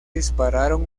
dispararon